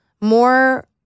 More